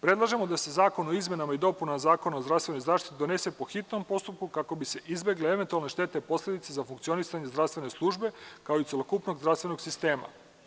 Predlažemo da se Zakon o izmenama i dopunama Zakona o zdravstvenoj zaštiti donese po hitnom postupku kako bi se izbegle eventualne štete i posledice po funkcionisanje zdravstvene službe kao i celokupnog zdravstvenog sistema.